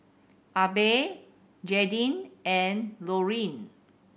Abe Jaydin and Lorine